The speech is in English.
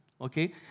okay